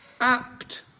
apt